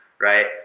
right